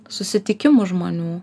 susitikimu žmonių